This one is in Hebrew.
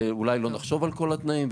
ואולי לא נחשוב על כל התנאים,